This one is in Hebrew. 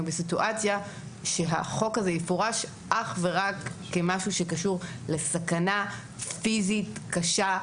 בסיטואציה שהחוק הזה יפורש אך ורק כמשהו שקשור לסכנה פיזית קשה,